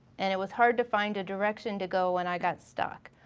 and it was hard to find a direction to go when i got stuck.